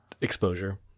exposure